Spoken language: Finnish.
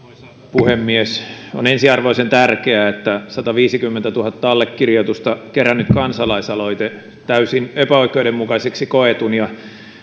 puhemies on ensiarvoisen tärkeää että sataviisikymmentätuhatta allekirjoitusta kerännyt kansalaisaloite täysin epäoikeudenmukaiseksi koetun ja